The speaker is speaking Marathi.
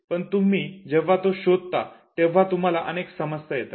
पण तुम्ही जेव्हा तो शोधता तेव्हा तुम्हाला अनेक समस्या येतात